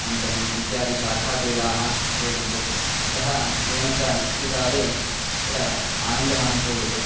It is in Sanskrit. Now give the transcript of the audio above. अनन्तरम् इत्यादिशाखाक्रीडाः क्रीड्यन्ते अतः तेन च वृष्टिकाले अत्र आनन्दः अनुभूयते